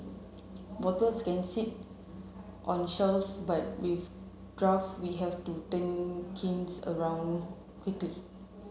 bottles can sit on shelves but with draft we have to turn kegs around quickly